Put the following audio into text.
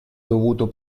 dovuto